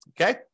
Okay